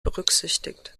berücksichtigt